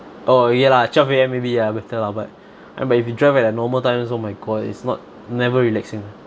oh ya lah twelve A_M maybe ya better lah but I mean by if you drive at a normal times oh my god it's not never relaxing